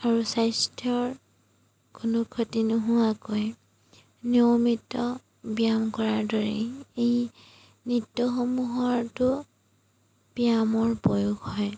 আৰু স্বাস্থ্যৰ কোনো ক্ষতি নোহোৱাকৈ নিয়মিত ব্যায়াম কৰাৰ দৰে এই নৃত্যসমূহটো ব্যায়ামৰ প্ৰয়োগ হয়